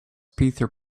peter